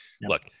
look